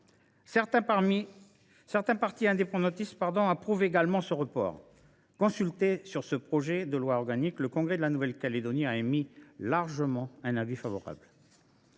Certains partis indépendantistes approuvent également ce report. Consulté sur ce projet de loi organique, le congrès de la Nouvelle Calédonie a émis, à une large majorité, un avis favorable.